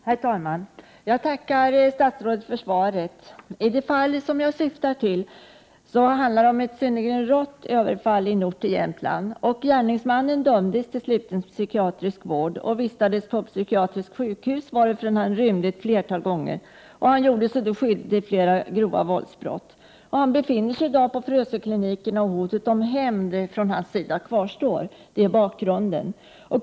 Herr talman! Jag tackar statsrådet för svaret. Det fall som jag syftar till handlar om ett synnerligt rått överfall i en ort i Jämtland. Gärningsmannen dömdes till sluten psykiatrisk vård och vistades på psykiatriskt sjukhus, varifrån han rymde ett flertal gånger och gjorde sig skyldig till flera grova våldsbrott. Han befinner sig i dag vid Frösöklinikerna, och hotet om hämnd från hans sida kvarstår. Detta är bakgrunden.